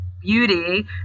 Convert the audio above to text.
beauty